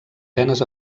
venes